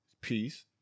peace